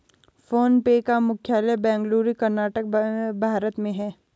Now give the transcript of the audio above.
phone पे का मुख्यालय बेंगलुरु, कर्नाटक, भारत में है